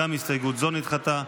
גם הסתייגות זו נדחתה.